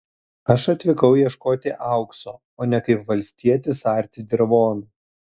aš atvykau ieškoti aukso o ne kaip valstietis arti dirvonų